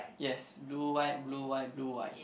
yes blue white blue white blue white